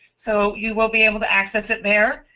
so you will be able to access it there.